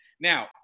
now